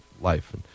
life